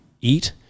eat